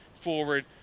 forward